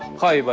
chi, but